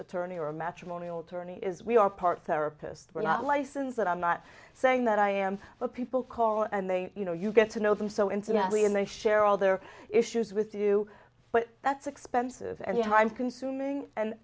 attorney or matrimonial tourney is we are part therapist we're not license that i'm not saying that i am but people call and they you know you get to know them so intimately and they share all their issues with you but that's expensive and time consuming and